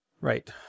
Right